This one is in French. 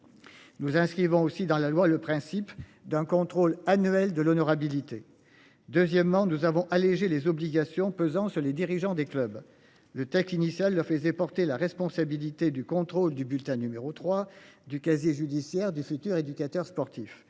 Nous inscrivons aussi dans la loi le principe d'un contrôle annuel de l'honorabilité. Deuxièmement nous avons alléger les obligations pesant sur les dirigeants des clubs. Le texte initial le faisait porter la responsabilité du contrôle du bulletin numéro 3 du casier judiciaire du futur éducateur sportif.